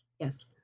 Yes